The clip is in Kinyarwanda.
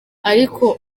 ariko